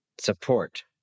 support